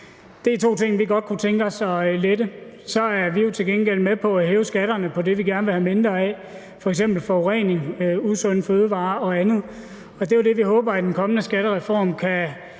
Det er to ting, vi godt kunne tænke os at lette. Så er vi jo til gengæld med på at hæve skatterne på det, som vi gerne vil have mindre af, f.eks. forurening, usunde fødevarer og andet. Og det er jo det, som vi håber en kommende skattereform kan